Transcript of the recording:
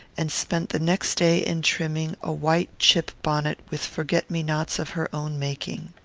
and spent the next day in trimming a white chip bonnet with forget-me-nots of her own making.